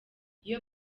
iyo